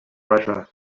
treasure